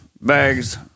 bags